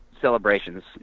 celebrations